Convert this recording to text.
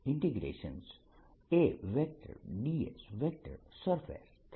dS થશે